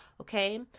Okay